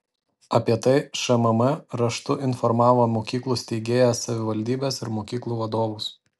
apie tai šmm raštu informavo mokyklų steigėjas savivaldybes ir mokyklų vadovus